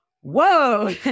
whoa